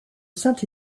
saint